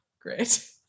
Great